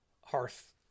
Hearth